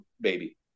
baby